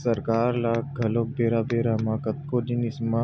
सरकार ल घलो बेरा बेरा म कतको जिनिस म